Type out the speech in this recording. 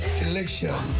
selection